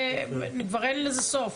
כבר אין לזה סוף,